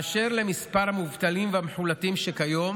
באשר למספר המובטלים והמחול"תים, כיום